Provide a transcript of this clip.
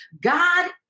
God